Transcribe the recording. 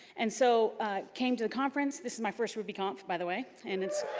and so came to the conference, this is my first rubyconf by the way, and it's